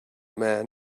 man